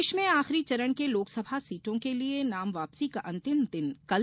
प्रदेश में आखिरी चरण के लोकसभा सीटों के लिये नाम वापसी का अंतिम दिन कल